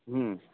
হুম